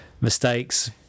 mistakes